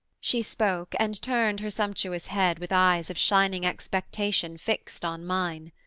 she spoke and turned her sumptuous head with eyes of shining expectation fixt on mine.